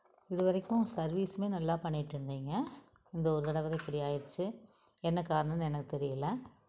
இது வரைக்கும் சர்வீஸுமே நல்லா பண்ணிகிட்ருந்தீங்க இந்த ஒரு தடவை தான் இப்படி ஆகிடுச்சி என்ன காரணம்னு எனக்கு தெரியலை